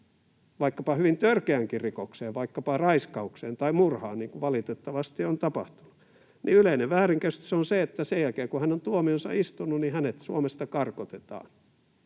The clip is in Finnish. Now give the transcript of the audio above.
vaikkapa hyvin törkeäänkin rikokseen, vaikkapa raiskaukseen tai murhaan, niin kuin valitettavasti on tapahtunut, niin sen jälkeen, kun hän on tuomionsa istunut, hänet Suomesta karkotetaan,